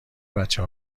بچه